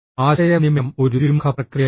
ആശയവിനിമയം ഒരു ദ്വിമുഖ പ്രക്രിയയാണ്